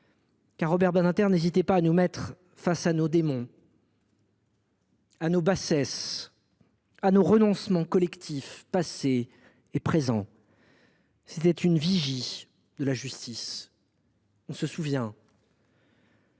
car Robert Badinter n’hésitait pas à nous mettre face à nos démons, à nos bassesses, à nos renoncements collectifs, passés et présents. C’était une vigie de la justice. On se souvient